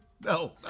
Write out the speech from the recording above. No